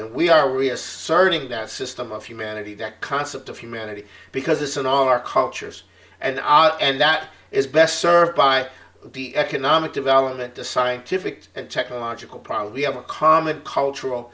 reasserting that system of humanity that concept of humanity because it's in our cultures an art and that is best served by the economic development the scientific and technological problems we have a common cultural